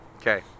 Okay